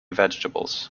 vegetables